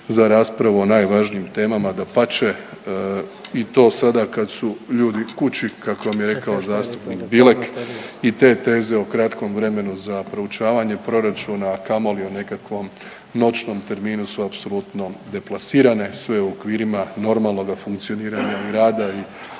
za raspravu o najvažnijim temama, dapače i to sada kad su ljudi kući kako vam je rekao zastupnik Bilek i te teze o kratkom vremenu za proučavanje proračuna, a kamoli o nekakvom noćnom terminu su apsolutno deplasirane. Sve je u okvirima normalnoga funkcioniranja i rada i